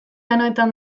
honetan